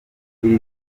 iri